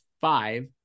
Five